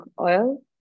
oil